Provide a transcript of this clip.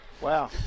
Wow